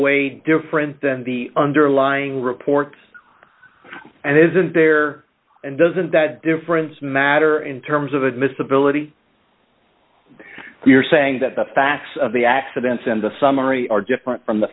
way different than the underlying reports and isn't there and doesn't that difference matter in terms of admissibility we're saying that the facts of the accidents and the summary are different from the